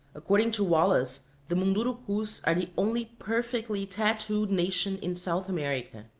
according to wallace, the mundurucus are the only perfectly tattooed nation in south america.